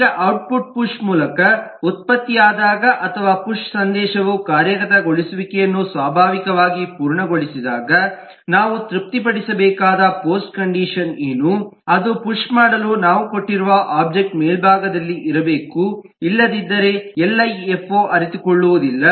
ಈಗ output push ಮೂಲಕ ಉತ್ಪತ್ತಿಯಾದಾಗ ಅಥವಾ ಪುಶ್ ಸಂದೇಶವು ಕಾರ್ಯಗತಗೊಳಿಸುವಿಕೆಯನ್ನು ಸ್ವಾಭಾವಿಕವಾಗಿ ಪೂರ್ಣಗೊಳಿಸಿದಾಗ ನಾವು ತೃಪ್ತಿಪಡಿಸಬೇಕಾದ ಪೋಸ್ಟ್ಕಂಡಿಷನ್ ಏನು ಅದು ಪುಶ್ ಮಾಡಲು ನಾವು ಕೊಟ್ಟಿರುವ ಒಬ್ಜೆಕ್ಟ್ ಮೇಲ್ಭಾಗದಲ್ಲಿ ಇರಬೇಕು ಇಲ್ಲದಿದ್ದರೆ ಯಲ್ಐಎಫ್ಒ ಅರಿತುಕೊಳ್ಳುವುದಿಲ್ಲ